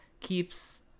keeps